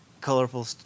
colorful